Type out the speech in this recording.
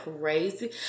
crazy